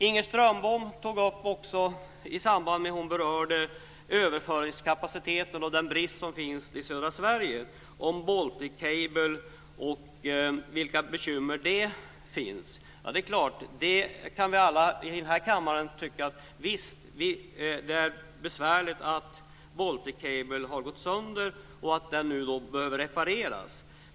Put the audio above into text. Inger Strömbom berörde överföringskapaciteten och den brist som finns i södra Sverige. Hon tog upp Baltic Cable och de bekymmer som finns där. Visst är det besvärligt att Baltic Cable har gått sönder och behöver repareras.